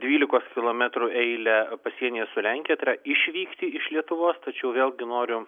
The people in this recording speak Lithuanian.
dvylikos kilometrų eilę pasienyje su lenkija tai yra išvykti iš lietuvos tačiau vėlgi noriu